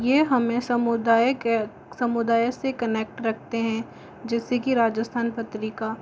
यह हमें समुदाय के समुदाय से कनेक्ट रखते हैं जैसे कि राजस्थान पत्रिका